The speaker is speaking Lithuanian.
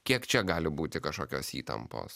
kiek čia gali būti kažkokios įtampos